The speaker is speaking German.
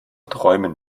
träumen